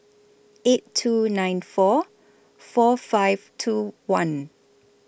eight two nine four four five two one